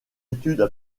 études